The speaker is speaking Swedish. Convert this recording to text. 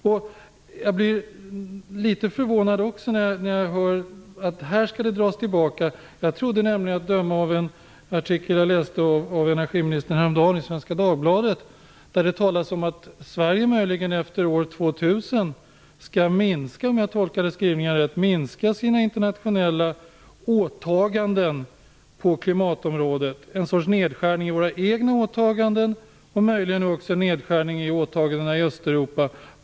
Jag blir också litet förvånad när jag hör att det skall dras ner här. Jag läste en artikel av energiministern häromdagen i Svenska Dagbladet. Där talas det om att Sverige möjligen efter år 2000 skall minska sina internationella åtaganden på klimatområdet, om jag tolkade skrivningen rätt. Det blir ett slags nedskärning i våra egna åtaganden och möjligen också en nedskärning av åtagandena i Östeuropa.